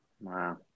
Wow